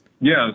Yes